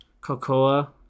Cocoa